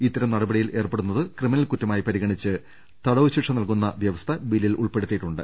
ഇത്തരം നടപടിയിൽ ഏർപ്പെടുന്നത് ക്രിമി നൽ കുറ്റമായി പരിഗണിച്ച് തടവ് ശിക്ഷ നൽകുന്ന വ്യവസ്ഥ ബില്ലിൽ ഉൾപ്പെടുത്തിയിട്ടുണ്ട്